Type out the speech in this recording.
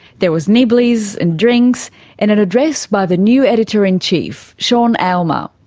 there was nibblies and drinks and an address by the new editor-in-chief, sean aylmer.